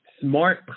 smart